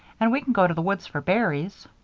and we can go to the woods for berries.